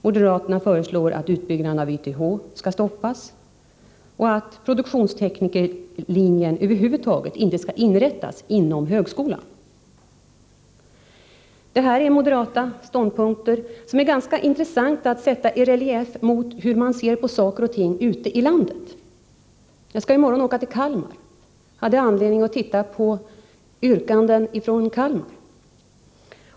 Moderaterna föreslår att utbyggnaden av YTH skall stoppas och att produktionsteknikerlinjen inte skall inrättas inom högskolan över huvud taget. Dessa moderata ståndpunkter är det ganska intressant att sätta i relief mot hur moderater ute i landet ser på saker och ting. Jag skall i morgon resa till Kalmar och har därför haft anledning att se på yrkanden som framförts där.